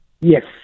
Yes